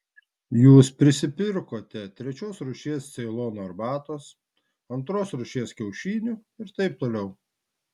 jūs prisipirkote trečios rūšies ceilono arbatos antros rūšies kiaušinių ir taip toliau